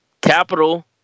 capital